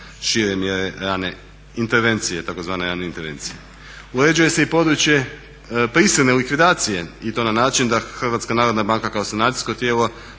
širenje rane intervencije tzv. javne intervencije. Uređuje se i područje prisilne likvidacije i to na način da HNB kao sanacijsko tijelo